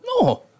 No